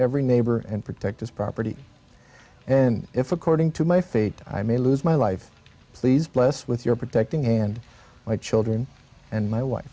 every neighbor and protect his property and if according to my fate i may lose my life please bless with your protecting hand my children and my wife